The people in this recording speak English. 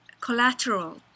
collateral